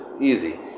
Easy